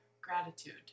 gratitude